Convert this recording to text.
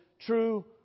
true